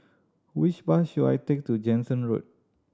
which bus should I take to Jansen Road